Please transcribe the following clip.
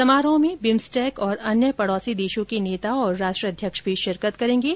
समारोह में बिम्सटेक और अन्य पड़ोसी देशों के नेता और राष्ट्राध्यक्ष भी शिरकत करेंगे